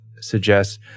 suggests